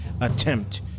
attempt